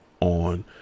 on